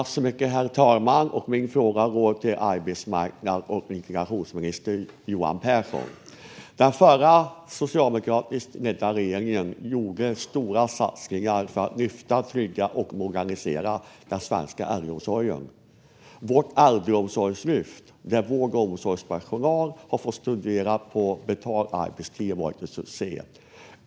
Herr talman! Min fråga går till arbetsmarknads och integrationsminister Johan Pehrson. Den förra socialdemokratiskt ledda regeringen gjorde stora satsningar för att lyfta, trygga och modernisera den svenska äldreomsorgen. Vårt äldreomsorgslyft, där vård och omsorgspersonal har fått studera på betald arbetstid, blev en succé.